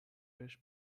بهش